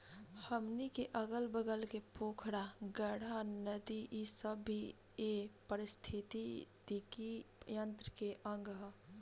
हमनी के अगल बगल के पोखरा, गाड़हा, नदी इ सब भी ए पारिस्थिथितिकी तंत्र के अंग ह